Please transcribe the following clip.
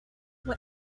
what